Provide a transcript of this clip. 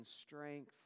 strength